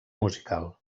musical